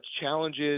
challenges